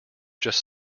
just